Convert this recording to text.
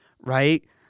right